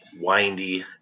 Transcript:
windy